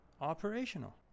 operational